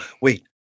Wait